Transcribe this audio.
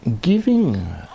giving